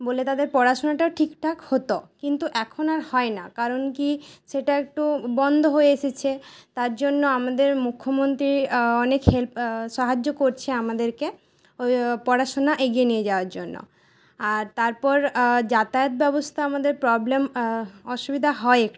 বলে তাদের পড়াশোনাটা ঠিকঠাক হত কিন্তু এখন আর হয় না কারণ কি সেটা একটু বন্ধ হয়ে এসেছে তার জন্য আমাদের মুখ্যমন্তী অনেক হেল্প সাহায্য করছে আমাদেরকে ওই পড়াশোনা এগিয়ে নিয়ে যাওয়ার জন্য আর তারপর যাতায়াত ব্যবস্তা আমাদের প্রব্লেম অসুবিধা হয় একটু